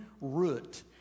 root